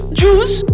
juice